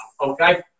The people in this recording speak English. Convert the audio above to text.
Okay